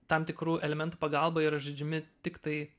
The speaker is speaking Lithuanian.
tam tikrų elementų pagalba yra žaidžiami tiktai